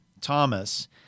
Thomas